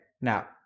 now